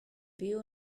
byw